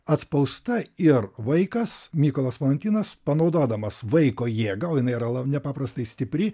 atspausta ir vaikas mykolas valantinas panaudodamas vaiko jėgą o jinai yra nepaprastai stipri